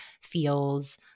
feels